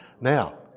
Now